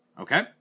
Okay